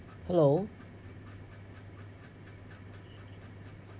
hello